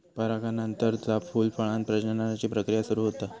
परागनानंतरच फूल, फळांत प्रजननाची प्रक्रिया सुरू होता